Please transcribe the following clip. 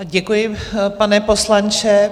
Děkuji, pane poslanče.